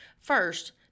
first